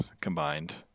combined